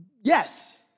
Yes